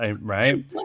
right